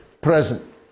present